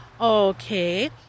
Okay